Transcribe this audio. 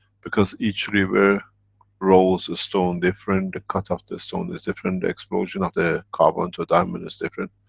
because each river rolls a stone different, the cut of the stone is different, the explosion of the carbon to a diamond is different.